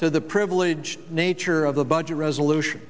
to the privileged nature of the budget resolution